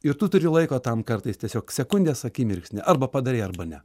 ir tu turi laiko tam kartais tiesiog sekundės akimirksnį arba padarei arba ne